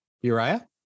uriah